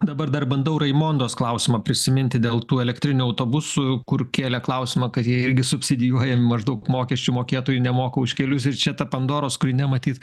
dabar dar bandau raimondos klausimą prisiminti dėl tų elektrinių autobusų kur kėlė klausimą kad jie irgi subsidijuojami maždaug mokesčių mokėtojai nemoka už kelius ir čia ta pandoros skrynia matyt